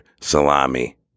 Salami